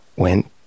went